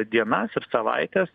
dienas ir savaites